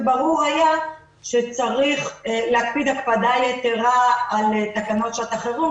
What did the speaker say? וברור היה שצריך להקפיד הקפדה ייתרה על תקנות שעת החירום,